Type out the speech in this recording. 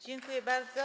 Dziękuję bardzo.